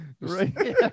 Right